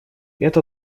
это